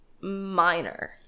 minor